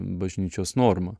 bažnyčios norma